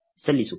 ಸಲ್ಲಿಸು